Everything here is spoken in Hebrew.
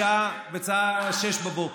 בשעה 06:00,